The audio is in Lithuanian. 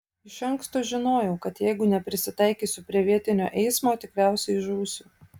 iš anksto žinojau kad jeigu neprisitaikysiu prie vietinio eismo tikriausiai žūsiu